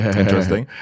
interesting